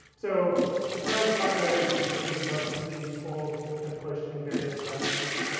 so the perils of popularity can you sort of leave us being pulled and pushed in various directions.